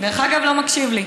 "דרך אגב" "דרך אגב" לא מקשיב לי.